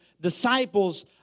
disciples